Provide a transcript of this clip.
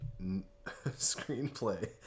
screenplay